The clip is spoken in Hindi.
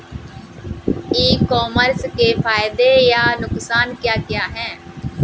ई कॉमर्स के फायदे या नुकसान क्या क्या हैं?